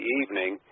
evening